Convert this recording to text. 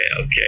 Okay